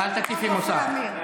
אל תטיפי מוסר.